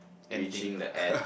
reaching the end